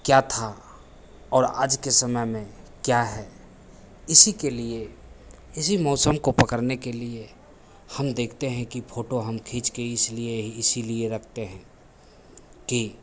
क्या था और आज के समय में क्या है इसी के लिए इसी मौसम को पकड़ने के लिए हम देखते है कि फ़ोटो हम खींचकर इसी लिए रखते हैं कि